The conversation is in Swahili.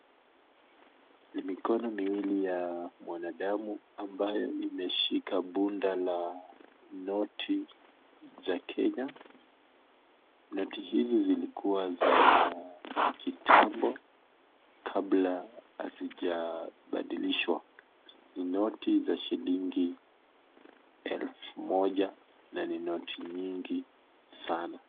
Ni mikono miwili ya mwanadamu ambayo imeshika bunda la noti za kenya. Noti hizi zilikua za kitambo kabla hazijabadilishwa. Ni noti za shillingi elfu moja na ni noti nyingi sana.